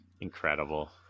Incredible